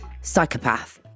psychopath